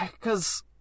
cause